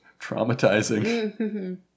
traumatizing